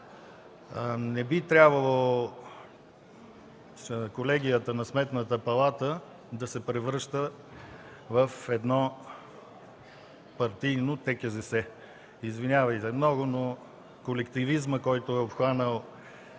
Не би трябвало колегията на Сметната палата да се превръща в едно партийно ТКЗС. Извинявайте много, но колективизмът, който е обхванал